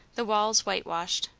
the walls whitewashed,